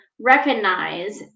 recognize